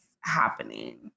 happening